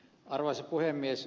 arvoisa puhemies